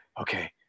okay